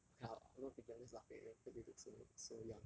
okay lah I was not thinking I was just laughing at them cause they look so so young